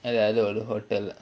அது அது ஒரு:athu athu oru hotel